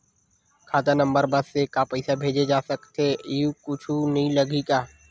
खाता नंबर बस से का पईसा भेजे जा सकथे एयू कुछ नई लगही का?